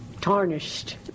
tarnished